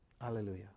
Hallelujah